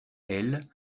elles